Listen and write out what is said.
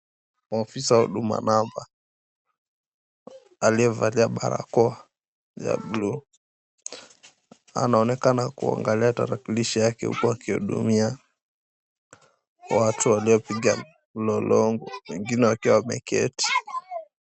Ofisa wa huduma namba aliyevalia barakoa ya buluu. Anaonekana akiangalia tarakilishi yake huku akihudumia watu waliopiga mlolongo, wengine wakiwa wameketi.